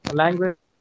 language